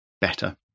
better